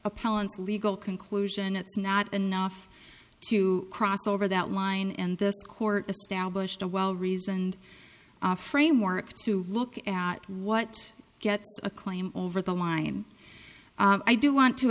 appellant's legal conclusion it's not enough to cross over that line in this court established a well reasoned framework to look at what gets a claim over the line and i do want to